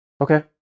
Okay